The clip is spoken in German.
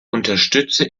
unterstütze